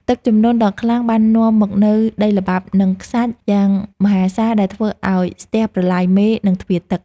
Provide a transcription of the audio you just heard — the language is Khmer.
ទឹកជំនន់ដ៏ខ្លាំងបាននាំមកនូវដីល្បាប់ និងខ្សាច់យ៉ាងមហាសាលដែលធ្វើឱ្យស្ទះប្រឡាយមេ និងទ្វារទឹក។